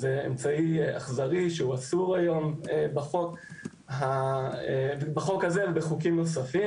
זה אמצעי אכזרי שהוא אסור היום בחוק הזה ובחוקים אחרים.